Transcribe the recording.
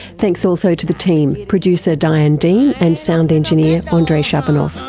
thanks also to the team, producer diane dean and sound engineer ah andrei shabunov.